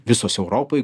visos europoj